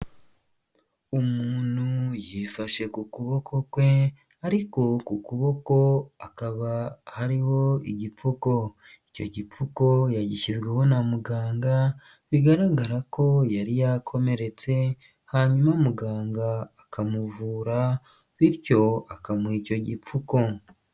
Umuntu yifashe ku kuboko kwe ariko ku kuboko akaba hariho igipfuko, icyo gipfuko yagishyirwaho na muganga bigaragara ko yari yakomeretse hanyuma muganga akamuvura bityo akamuha icyo gipfuko.